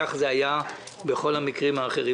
כך זה גם היה בכל המקרים האחרים.